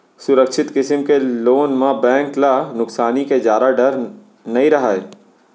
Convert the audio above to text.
सुरक्छित किसम के लोन म बेंक ल नुकसानी के जादा डर नइ रहय